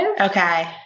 Okay